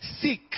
Seek